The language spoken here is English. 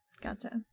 Gotcha